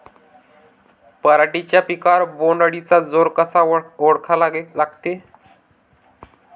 पराटीच्या पिकावर बोण्ड अळीचा जोर कसा ओळखा लागते?